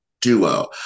duo